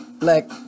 black